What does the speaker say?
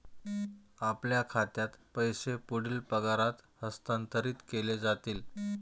आपल्या खात्यात पैसे पुढील पगारात हस्तांतरित केले जातील